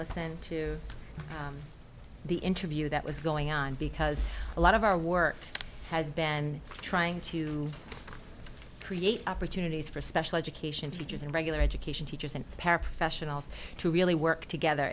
listen to the interview that was going on because a lot of our work has been trying to create opportunities for special education teachers and regular education teachers and paraprofessionals to really work together